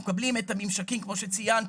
אנחנו מקבלים את הממשקים, כמו שציינתי,